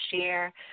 share